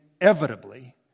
inevitably